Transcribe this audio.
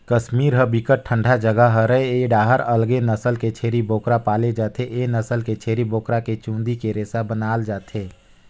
कस्मीर ह बिकट ठंडा जघा हरय ए डाहर अलगे नसल के छेरी बोकरा पाले जाथे, ए नसल के छेरी बोकरा के चूंदी के रेसा बनाल जाथे